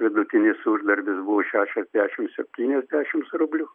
vidutinis uždarbis buvo šešiasdešims septyniasdešims rublių